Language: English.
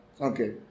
Okay